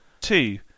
two